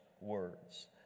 words